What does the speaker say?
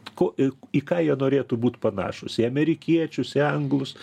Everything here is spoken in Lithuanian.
ko į ką jie norėtų būt panašūs į amerikiečius į anglus